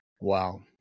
Wow